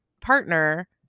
partner